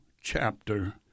chapter